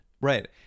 right